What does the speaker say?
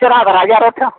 ᱪᱚᱨᱟ ᱫᱷᱟᱨᱟ ᱜᱮᱭᱟ ᱨᱚᱴᱷᱟ